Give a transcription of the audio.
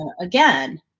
again